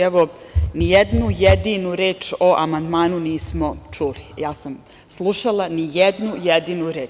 Evo, ni jednu jedinu reč o amandmanu nismo čuli, ja sam slušala, ni jednu jedinu reč.